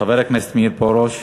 חבר הכנסת מאיר פרוש,